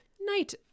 night